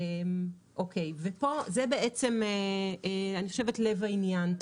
זה לב העניין.